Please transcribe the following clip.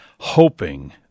hoping